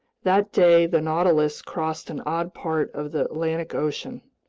that day the nautilus crossed an odd part of the atlantic ocean.